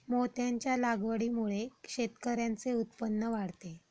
मोत्यांच्या लागवडीमुळे शेतकऱ्यांचे उत्पन्न वाढते